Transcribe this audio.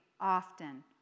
often